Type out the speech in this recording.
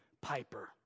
Piper